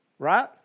Right